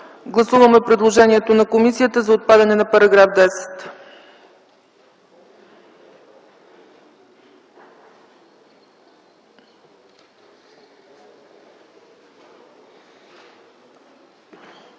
Гласуваме предложението на комисията за отпадане на § 10.